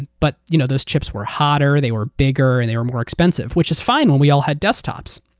but you know those chips were hotter, they were bigger, and they were more expensive, which is fine when we all had desktops.